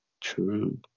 true